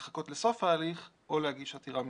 לחכות לסוף ההליך או להגיש עתירה מינהלית.